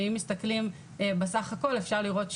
ואם מסתכלים בסך הכול אפשר לראות,